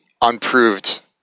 unproved